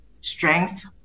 strength